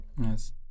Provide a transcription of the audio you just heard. Yes